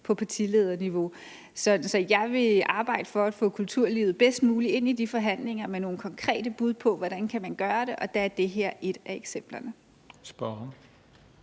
på partilederniveau. Så jeg vil arbejde for at få kulturlivet bedst muligt ind i de forhandlinger med nogle konkrete bud på, hvordan man kan gøre det. Og der er det her et af eksemplerne.